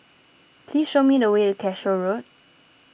please show me the way Cashew Road